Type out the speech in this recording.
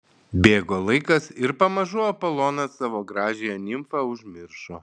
bėgo laikas ir pamažu apolonas savo gražiąją nimfą užmiršo